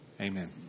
amen